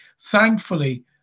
Thankfully